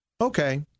Okay